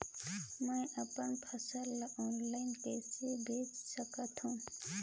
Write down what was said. मैं अपन फसल ल ऑनलाइन कइसे बेच सकथव?